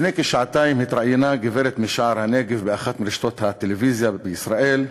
לפני כשעתיים התראיינה גברת משער-הנגב באחת מרשתות הטלוויזיה בישראל,